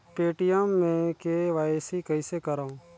Paytm मे KYC कइसे करव?